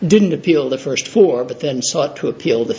didn't appeal the first four but then sought to appeal t